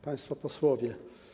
Państwo Posłowie!